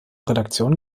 redaktion